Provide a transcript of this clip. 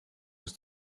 was